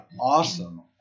awesome